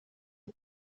und